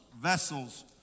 vessels